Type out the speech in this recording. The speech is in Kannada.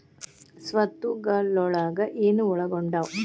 ಸ್ವತ್ತುಗಲೊಳಗ ಏನು ಒಳಗೊಂಡಾವ?